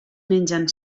mengen